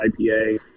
IPA